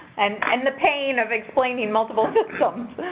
and and pain of explaining multiple systems.